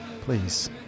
Please